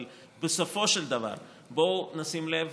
אבל בסופו של דבר בואו נשים לב